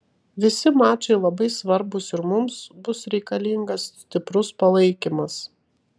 visi mačai labai svarbūs ir mums bus reikalingas stiprus palaikymas